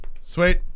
sweet